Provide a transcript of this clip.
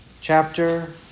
chapter